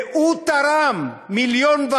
והוא תרם 1.5